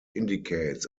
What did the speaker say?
indicates